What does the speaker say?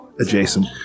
Adjacent